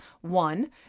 one